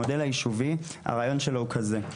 המודל היישובי, הרעיון שלו הוא כזה: